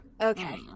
Okay